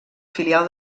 filial